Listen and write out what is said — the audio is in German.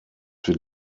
wir